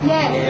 Yes